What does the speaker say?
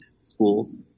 schools